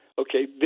Okay